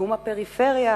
שיקום הפריפריה,